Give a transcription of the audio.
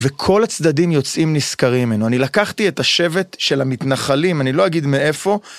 וכל הצדדים יוצאים נשכרים מנו. אני לקחתי את השבט של המתנחלים, אני לא אגיד מאיפה.